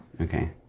okay